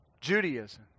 Judaism